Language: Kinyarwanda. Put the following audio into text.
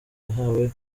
yahawe